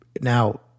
Now